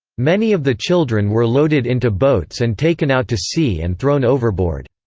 many of the children were loaded into boats and taken out to sea and thrown overboard.